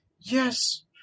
Yes